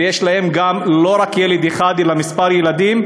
ויש להם לא רק ילד אחד אלא כמה ילדים,